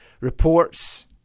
Reports